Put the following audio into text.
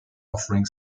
offering